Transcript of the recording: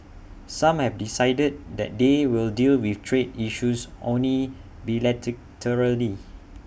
some have decided that they will deal with trade issues only